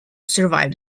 survived